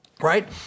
right